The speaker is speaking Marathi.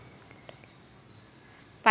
पपईचा सद्या का भाव चालून रायला?